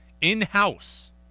in-house